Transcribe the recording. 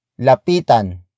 Lapitan